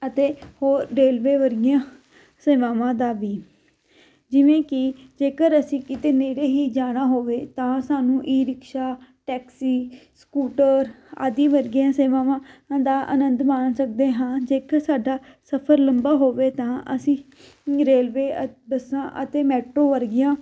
ਅਤੇ ਹੋਰ ਰੇਲਵੇ ਵਰਗੀਆਂ ਸੇਵਾਵਾਂ ਦਾ ਵੀ ਜਿਵੇਂ ਕਿ ਜੇਕਰ ਅਸੀਂ ਕਿਤੇ ਨੇੜੇ ਹੀ ਜਾਣਾ ਹੋਵੇ ਤਾਂ ਸਾਨੂੰ ਈ ਰਿਕਸ਼ਾ ਟੈਕਸੀ ਸਕੂਟਰ ਆਦਿ ਵਰਗੀਆਂ ਸੇਵਾਵਾਂ ਦਾ ਆਨੰਦ ਮਾਣ ਸਕਦੇ ਹਾਂ ਜੇਕਰ ਸਾਡਾ ਸਫਰ ਲੰਬਾ ਹੋਵੇ ਤਾਂ ਅਸੀਂ ਰੇਲਵੇ ਬੱਸਾਂ ਅਤੇ ਮੈਟਰੋ ਵਰਗੀਆਂ